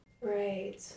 Right